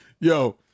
Yo